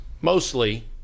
mostly